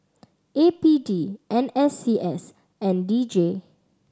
A P D N S C S and D J